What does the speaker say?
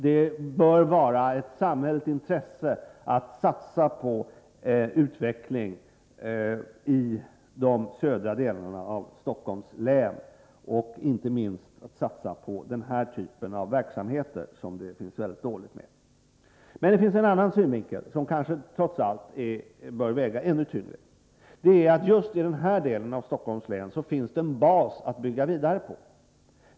Det bör vara ett samhälleligt intresse att satsa på utveckling i de södra delarna av Stockholms län, inte minst på denna typ av verksamheter, som det är mycket ont om. Det finns också en annan synvinkel, som kanske trots allt bör väga ännu tyngre. Det är att det just i denna del av Stockholms län finns en bas att bygga vidare på.